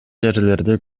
жерлерде